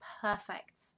perfect